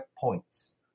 points